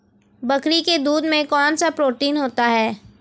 बकरी के दूध में कौनसा प्रोटीन होता है?